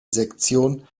sektion